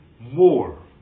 more